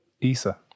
Isa